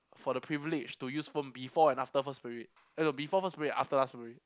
for the privilege to use phone before and after first period eh no before first period after last period